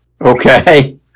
okay